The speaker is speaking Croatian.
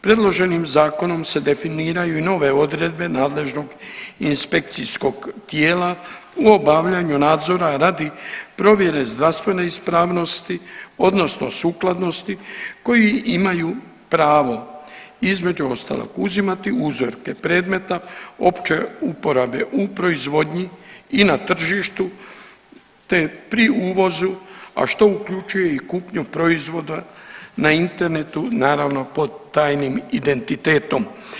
Predloženim zakonom se definiraju i nove odredbe nadležnog inspekcijskog tijela u obavljanju nadzora radi provjere zdravstvene ispravnosti odnosno sukladnosti koji imaju pravo između ostalog uzimati uzorke premeta opće uporabe u proizvodnji i na tržištu, te pri uvozu, a što uključuje i kupnju proizvoda na internetu naravno pod tajnim identitetom.